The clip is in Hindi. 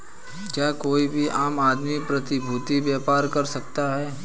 क्या कोई भी आम आदमी प्रतिभूती व्यापार कर सकता है?